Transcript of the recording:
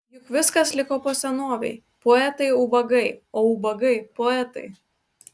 juk viskas liko po senovei poetai ubagai o ubagai poetai